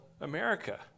America